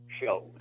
shows